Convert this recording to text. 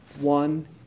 One